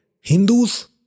Hindus